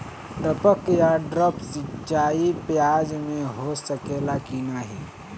टपक या ड्रिप सिंचाई प्याज में हो सकेला की नाही?